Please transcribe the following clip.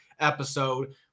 episode